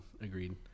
Agreed